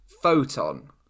Photon